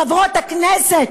חברות הכנסת,